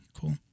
Cool